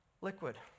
Liquid